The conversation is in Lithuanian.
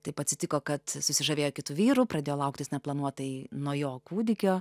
taip atsitiko kad susižavėjo kitu vyru pradėjo lauktis neplanuotai nuo jo kūdikio